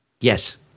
Yes